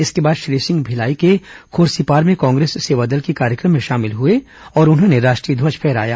इसके बाद श्री सिंह भिलाई के ख्र्सीपार में कांग्रेस सेवादल के कार्यक्रम में शामिल हुए और उन्होंने राष्ट्रीय ध्वज फरहाया